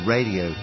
Radio